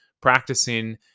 practicing